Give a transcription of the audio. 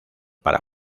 para